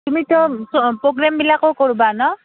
তুমিতো প্ৰগ্ৰেমবিলাকো কৰবা ন